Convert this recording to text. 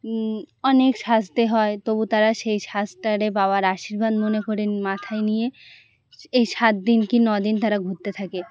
অনেক সাজতে হয় তবু তারা সেই সাজটারে বাবার আশীর্বাদ মনে করে মাথায় নিয়ে এই সাত দিন কি ন দিন তারা ঘুরতে থাকে